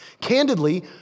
Candidly